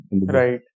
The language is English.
right